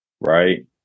Right